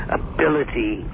ability